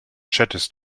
chattest